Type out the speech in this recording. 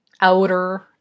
outer